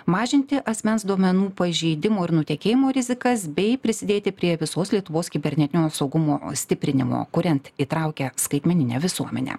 mažinti asmens duomenų pažeidimo ir nutekėjimo rizikas bei prisidėti prie visos lietuvos kibernetinio saugumo stiprinimo kuriant įtraukią skaitmeninę visuomenę